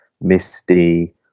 misty